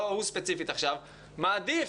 לא הוא ספציפית עכשיו מעדיף,